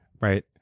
Right